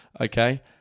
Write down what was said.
Okay